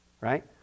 right